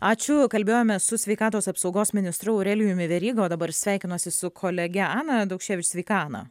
ačiū kalbėjomės su sveikatos apsaugos ministru aurelijumi veryga o dabar sveikinuosi su kolege ana daukševič sveika ana